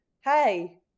hey